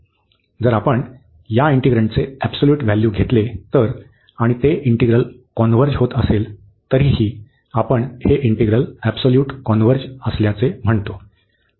जर आपण या इंटिग्रण्डचे ऍब्सल्यूट व्हॅल्यू घेतले तर आणि ते इंटिग्रल कॉन्व्हर्ज होत असले तरीही आपण ते इंटिग्रल ऍब्सल्यूट कॉन्व्हर्ज असल्याचे म्हणतो